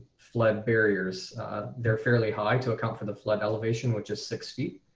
flood barriers there fairly high to account for the flood elevation, which is six feet.